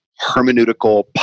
hermeneutical